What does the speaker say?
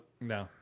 No